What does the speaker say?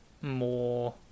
more